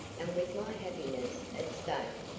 and with my happiness at stake,